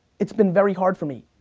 it's been very hard for me,